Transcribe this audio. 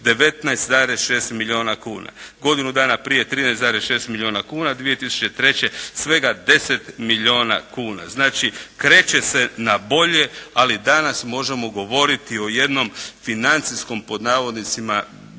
19,6 milijuna kuna. Godinu dana prije 13,6 milijuna kuna, 2003. svega 10 milijuna kuna. Znači kreće se na bolje, ali danas možemo govoriti o jednom financijskom doprinosu od svega